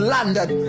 London